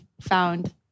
found